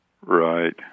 Right